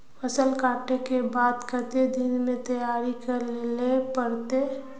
फसल कांटे के बाद कते दिन में तैयारी कर लेले पड़ते?